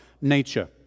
nature